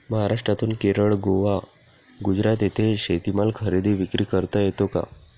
महाराष्ट्रातून केरळ, गोवा, गुजरात येथे शेतीमाल खरेदी विक्री करता येतो का?